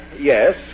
yes